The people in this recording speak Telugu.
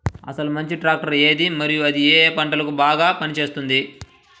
అసలు మంచి ట్రాక్టర్ ఏది మరియు అది ఏ ఏ పంటలకు బాగా పని చేస్తుంది?